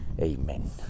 Amen